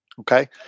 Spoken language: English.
Okay